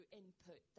input